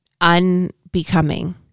unbecoming